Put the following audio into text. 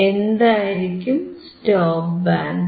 എന്തായിരിക്കും stop band